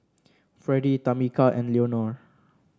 Freddie Tamika and Leonore